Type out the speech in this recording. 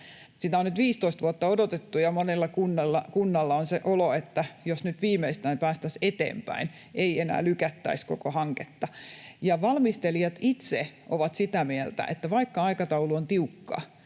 Sitä on nyt 15 vuotta odotettu, ja monella kunnalla on se olo, että jos viimeistään nyt päästäisiin eteenpäin eikä enää lykättäisi koko hanketta, ja valmistelijat itse ovat sitä mieltä, että vaikka aikataulu on tiukka,